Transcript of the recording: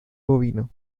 bovino